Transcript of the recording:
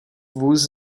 vůz